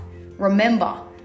Remember